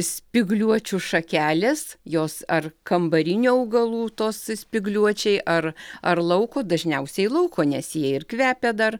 spygliuočių šakelės jos ar kambarinių augalų tos spygliuočiai ar ar lauko dažniausiai lauko nes jie ir kvepia dar